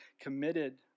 committed